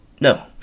No